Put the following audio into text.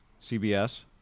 cbs